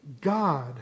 God